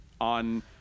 on